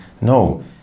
No